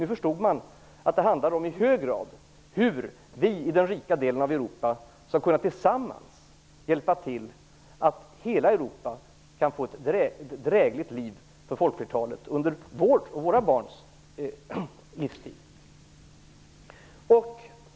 Nu förstod man att det i hög grad handlar om hur vi i den rika delen av Europa tillsammans skall kunna hjälpa till så att hela Europa kan få ett drägligt liv, och det gäller då folkflertalet, under våra barns livstid.